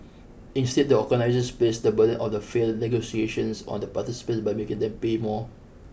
instead the organisers placed the burden of the failed negotiations on the participants by making them pay more